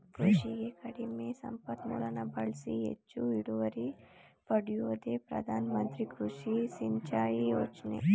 ಕೃಷಿಗೆ ಕಡಿಮೆ ಸಂಪನ್ಮೂಲನ ಬಳ್ಸಿ ಹೆಚ್ಚು ಇಳುವರಿ ಪಡ್ಯೋದೇ ಪ್ರಧಾನಮಂತ್ರಿ ಕೃಷಿ ಸಿಂಚಾಯಿ ಯೋಜ್ನೆ